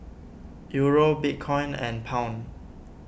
Euro Bitcoin and Pound